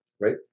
right